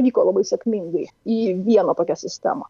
vyko labai sėkmingai į vieną tokią sistemą